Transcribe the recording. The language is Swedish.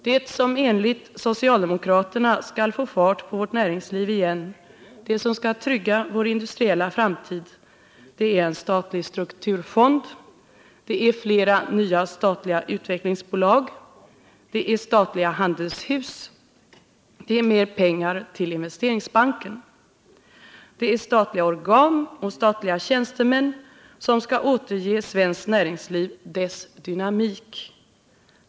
Det som enligt socialdemokraterna skall få fart på vårt näringsliv igen, det som skall trygga vår industriella framtid, är en statlig strukturfond, det är flera nya statliga utvecklingsbolag, det är statliga handelshus, det är mer pengar till Investeringsbanken. Det är statliga organ och statliga tjänstemän som skall återge svensk ekonomi dess dynamik.